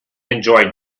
enjoyed